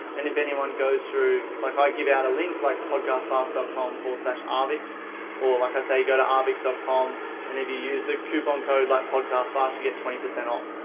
and if anyone goes through like i give out a link, like podcastfast dot com slash arvix or like i say, go to arvixe dot com and if you use the coupon code like podcastfast, you get twenty percent off.